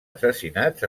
assassinats